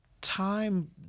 time